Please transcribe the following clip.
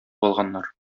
алганнар